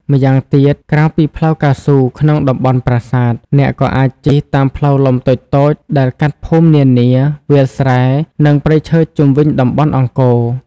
ម្យ៉ាងទៀត ក្រៅពីផ្លូវកៅស៊ូក្នុងតំបន់ប្រាសាទ អ្នកក៏អាចជិះតាមផ្លូវលំតូចៗដែលកាត់ភូមិនានា វាលស្រែ និងព្រៃឈើជុំវិញតំបន់អង្គរ។